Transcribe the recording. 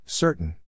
Certain